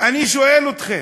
אני שואל אתכם: